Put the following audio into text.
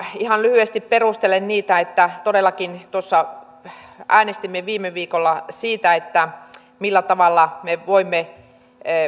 ihan lyhyesti perustelen niitä todellakin äänestimme viime viikolla siitä millä tavalla me voimme